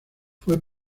fue